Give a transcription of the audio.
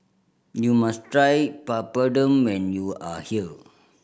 you must try Papadum when you are here